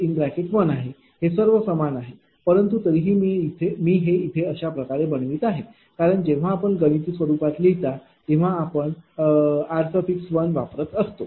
इथे हे सर्व समान आहेत परंतु तरीही मी हे येथे अशाप्रकारे बनवित आहे कारण जेव्हा आपण गणिती स्वरूपात लिहिता तेव्हा आपण हा r1वापरत असतो